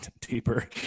deeper